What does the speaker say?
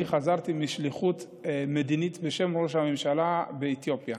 אני חזרתי משליחות מדינית בשם ראש הממשלה באתיופיה.